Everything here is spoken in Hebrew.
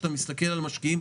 כשאתה מסתכל על המשקיעים,